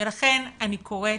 לכן אני קוראת